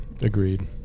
agreed